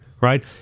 right